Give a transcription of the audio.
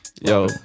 yo